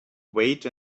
wait